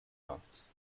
arts